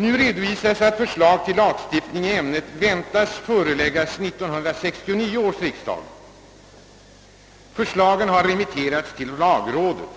Nu redovisas att förslag till lagstiftning i ämnet väntas komma att föreläggas 1969 års riksdag. Förslaget har remitterats till lagrådet.